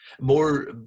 More